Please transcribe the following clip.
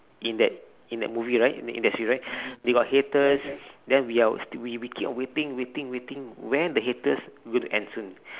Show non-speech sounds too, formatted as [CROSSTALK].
in that in that movie right in that industry right [BREATH] they got haters then we are all still waiting waiting waiting when the haters will end soon